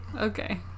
Okay